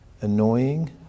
annoying